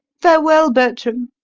farewell, bertram.